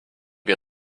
wir